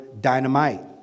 dynamite